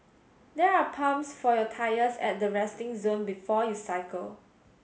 there are pumps for your tyres at the resting zone before you cycle